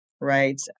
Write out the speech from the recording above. Right